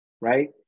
right